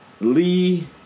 Lee